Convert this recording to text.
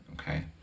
okay